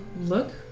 Look